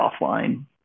offline